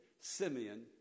Simeon